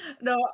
No